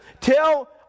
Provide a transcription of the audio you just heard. tell